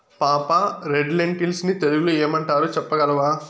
పాపా, red lentils ని తెలుగులో ఏమంటారు చెప్పగలవా